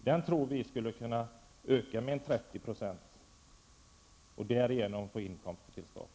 Den tror vi skulle kunna öka med ca 30 % och därigenom innebära inkomster till staten.